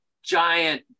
Giant